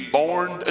born